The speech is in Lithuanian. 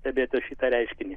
stebėti šitą reiškinį